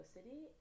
City